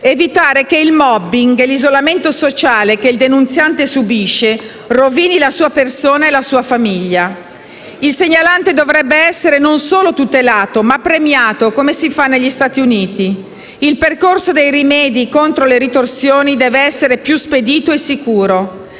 evitare che il *mobbing* e l'isolamento sociale che il denunziante subisce rovinino la sua persona e la sua famiglia. Il segnalante dovrebbe essere, non solo tutelato, ma premiato come si fa negli Stati Uniti. Il percorso dei rimedi contro le ritorsioni deve essere più spedito e sicuro.